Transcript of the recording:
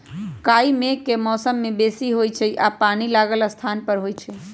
काई मेघ के मौसम में बेशी होइ छइ आऽ पानि लागल स्थान पर होइ छइ